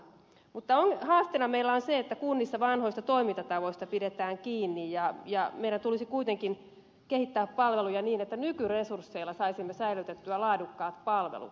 mutta haasteena meillä on se että kunnissa vanhoista toimintatavoista pidetään kiinni ja meidän tulisi kuitenkin kehittää palveluja niin että nykyresursseilla saisimme säilytettyä laadukkaat palvelut